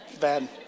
Bad